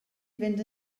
fynd